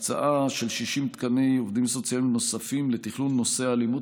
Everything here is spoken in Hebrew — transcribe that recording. הקצאה של 60 תקני עובדים סוציאליים נוספים לתכלול נושא האלימות